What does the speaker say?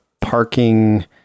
parking